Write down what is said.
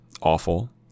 awful